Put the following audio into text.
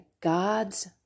God's